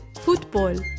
football